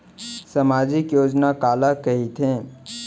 सामाजिक योजना काला कहिथे?